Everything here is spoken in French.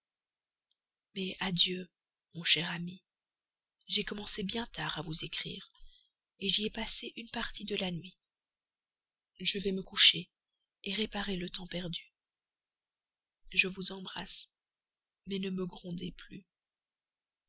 mais adieu mon cher ami j'ai commencé bien tard à vous écrire j'y ai passé une partie de la nuit je vais me coucher réparer le temps perdu je vous embrasse mais ne me grondez plus